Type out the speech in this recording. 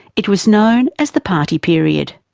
it was known as the party period.